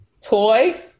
toy